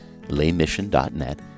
laymission.net